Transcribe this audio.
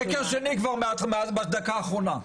שקר שני בדקה האחרונה.